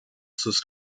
sus